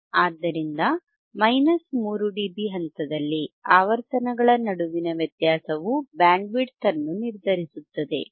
ಆದ್ದರಿಂದ 3 ಡಿಬಿ ಹಂತದಲ್ಲಿ ಆವರ್ತನಗಳ ನಡುವಿನ ವ್ಯತ್ಯಾಸವು ಬ್ಯಾಂಡ್ವಿಡ್ತ್ ಅನ್ನು ನಿರ್ಧರಿಸುತ್ತದೆ